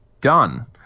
done